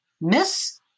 Miss